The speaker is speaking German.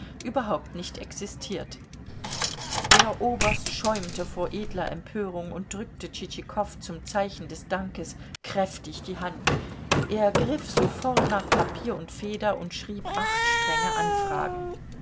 überhaupt nicht existiert der oberst schäumte vor edler empörung und drückte tschitschikow zum zeichen des dankes kräftig die hand er griff sofort nach papier und feder und schrieb acht strenge anfragen